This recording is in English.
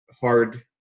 hard